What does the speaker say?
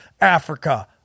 Africa